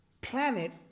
planet